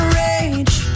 rage